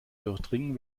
durchdringen